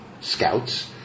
scouts